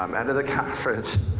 um end of the conference,